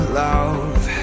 love